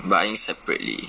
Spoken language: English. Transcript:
buying separately